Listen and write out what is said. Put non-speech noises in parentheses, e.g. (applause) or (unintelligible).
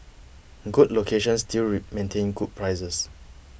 good locations still (unintelligible) maintain good prices